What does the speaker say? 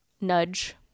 nudge